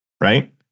Right